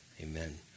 Amen